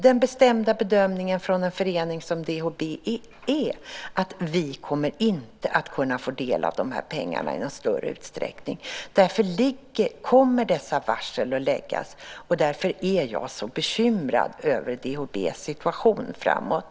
Den bestämda bedömningen från en förening som DHB är att den inte kommer att kunna få del av de här pengarna i någon större utsträckning. Därför kommer dessa varsel att läggas, och därför är jag så bekymrad över DHB:s situation framöver.